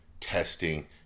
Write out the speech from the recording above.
Testing